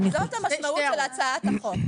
זאת המשמעות של הצעת החוק.